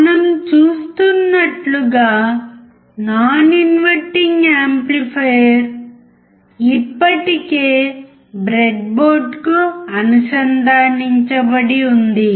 మనం చూస్తున్నట్లుగా non inverting amplifier ఇప్పటికే బ్రెడ్బోర్డ్కు అనుసంధానించబడి ఉంది